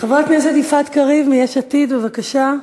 חברת הכנסת יפעת קריב מיש עתיד, בבקשה.